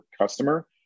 customer